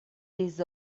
des